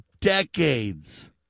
decades